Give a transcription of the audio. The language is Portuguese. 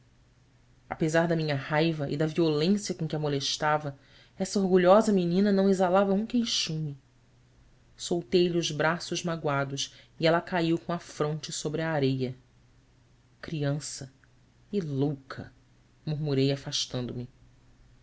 apesar da minha raiva e da violência com que a molestava essa orgulhosa menina não exalava um queixume soltei lhe os braços magoados e ela caiu com a fronte sobre a areia riança louca murmurei afastando me emília